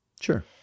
Sure